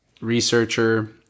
Researcher